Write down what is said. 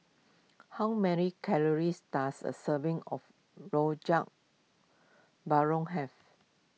how many calories does a serving of Rojak have